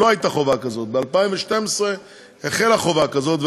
אז לא הייתה חובה כזאת; ב-2012 החלה חובה כזאת,